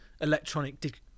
electronic